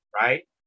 right